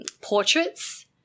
portraits